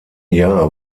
jahr